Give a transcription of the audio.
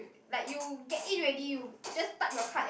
like you get in already you just type your card and